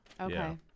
Okay